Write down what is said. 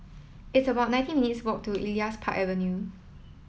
it's about nineteen minutes' walk to Elias Park Avenue